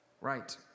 Right